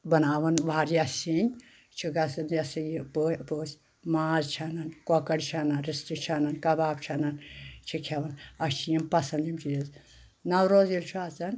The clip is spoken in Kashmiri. بناوان واریاہ سِنۍ چھِ گژھان یہِ ہَسا یہِ پٔژھۍ ماز چھَ اَنان کۄکر چھِ انان رِستہٕ چھِ اَنان کَباب چھِ اَنان چھِ کھیٚوان اَسہِ چھِ یِم پَسنٛد یِم چیٖز نوروز ییٚلہِ چھُ آسان